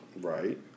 right